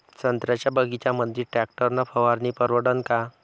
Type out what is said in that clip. संत्र्याच्या बगीच्यामंदी टॅक्टर न फवारनी परवडन का?